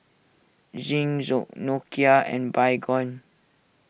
Zinc Nokia and Baygon